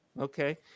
okay